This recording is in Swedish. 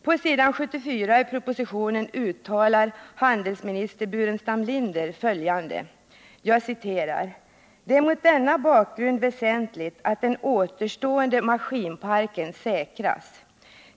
På s. 74 i propositionen uttalar handelsminister Burenstam Linder följande: ”Det är mot denna bakgrund väsentligt att den återstående maskinkapaciteten säkras.